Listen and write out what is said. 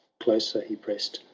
closer he press'd,